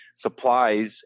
supplies